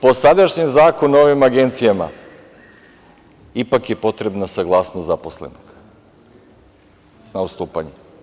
Po sadašnjem zakonu o ovim agencijama ipak je potrebna saglasnost zaposlenog na odstupanje.